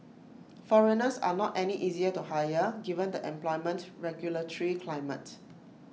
foreigners are not any easier to hire given the employment regulatory climate